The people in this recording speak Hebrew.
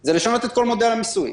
זה לשנות את כל מודל המיסוי.